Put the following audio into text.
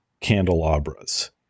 candelabras